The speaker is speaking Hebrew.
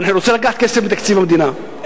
רוצה לקחת כסף מתקציב המדינה.